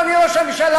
אדוני ראש הממשלה,